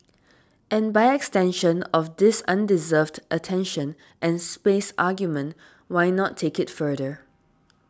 and by extension of this undeserved attention and space argument why not take it further